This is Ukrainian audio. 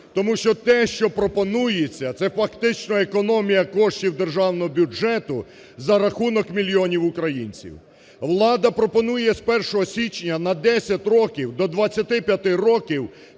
Тому що те, що пропонується, це фактично економія коштів державного бюджету за рахунок мільйонів українців. Влада пропонує з 1 січня на 10 років, до 25 років,